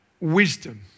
wisdom